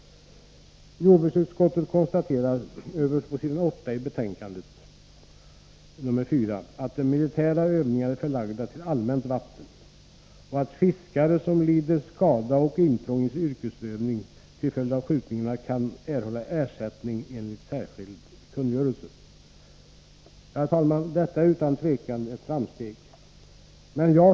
Jordbruksutskottet konstaterar överst på s. 8 i betänkandet nr 4 att de militära övningarna är förlagda till allmänt vatten och att fiskare som lider skada och intrång i sin yrkesutövning till följd av skjutningarna kan erhålla ersättning enligt en särskild kungörelse. Detta är, herr talman, utan tvivel ett framsteg.